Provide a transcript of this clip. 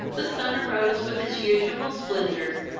the sun arose with its usual splendor,